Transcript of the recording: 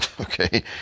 Okay